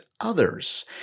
others